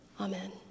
Amen